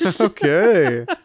okay